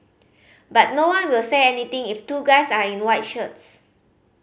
but no one will say anything if two guys are in white shirts